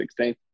2016